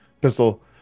pistol